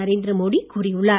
தரேந்திர மோடி கூறியுள்ளார்